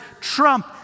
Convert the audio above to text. trump